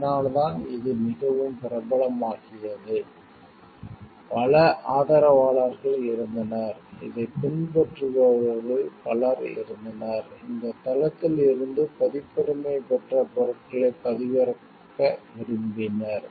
அதனால்தான் இது மிகவும் பிரபலமாகியது பல ஆதரவாளர்கள் இருந்தனர் இதைப் பின்பற்றுபவர்கள் பலர் இருந்தனர் இந்த தளத்தில் இருந்து பதிப்புரிமை பெற்ற பொருட்களைப் பதிவிறக்க விரும்பினர்